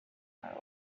are